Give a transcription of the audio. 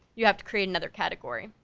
you have to create another category.